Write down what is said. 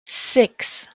six